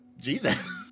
Jesus